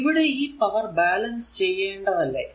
ഇവിടെ ഈ power balance ചെയ്യേണ്ടതല്ലേ